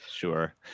sure